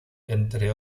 entre